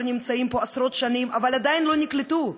נמצאים פה עשרות שנים אבל עדיין לא נקלטו,